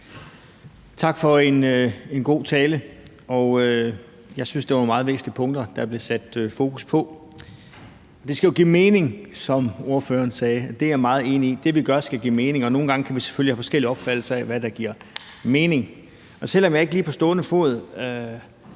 Tak for en god tale. Jeg synes, det var nogle meget væsentlige punkter, der blev sat fokus på. Det skal jo give mening, som ordføreren sagde, og det er jeg meget enig i. Det, vi gør, skal give mening, og nogle gange kan vi selvfølgelig have forskellige opfattelser af, hvad der giver mening. Selv om jeg ikke lige på stående fod